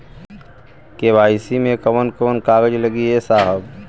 KYC मे कवन कवन कागज लगी ए साहब?